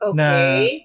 Okay